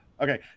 Okay